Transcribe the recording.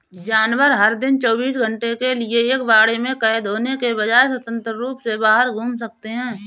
जानवर, हर दिन चौबीस घंटे के लिए एक बाड़े में कैद होने के बजाय, स्वतंत्र रूप से बाहर घूम सकते हैं